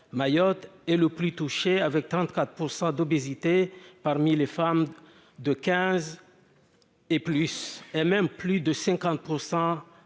Mayotte est le plus touché avec 34 % d'obésité parmi les femmes de 15 et plus, et même plus de 50 % après